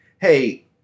hey